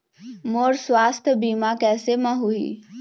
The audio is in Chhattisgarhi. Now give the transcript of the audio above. मोर सुवास्थ बीमा कैसे म होही?